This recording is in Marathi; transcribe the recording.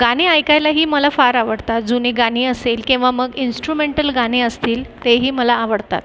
गाणी ऐकायलाही मला फार आवडतात जुनी गाणी असेल किंवा मग इन्स्ट्रुमेंटल गाणी असतील तेही मला आवडतात